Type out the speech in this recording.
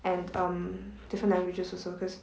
and um different languages also because